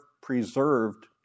preserved